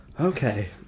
Okay